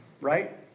right